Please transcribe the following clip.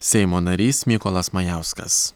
seimo narys mykolas majauskas